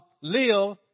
live